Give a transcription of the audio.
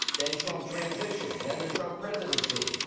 then trump transition, then the trump presidency,